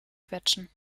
quetschen